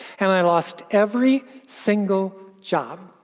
and i lost every single job.